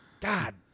God